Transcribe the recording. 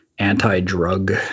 anti-drug